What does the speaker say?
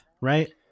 right